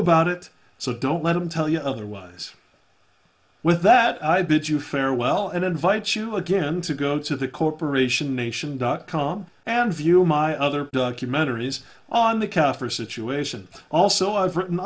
about it so don't let them tell you otherwise with that i bid you farewell and invite you again to go to the corporation nation dot com and view my other documentaries on the kaffir situation also i've written